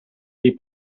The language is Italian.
dei